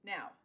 Now